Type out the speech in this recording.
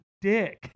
Dick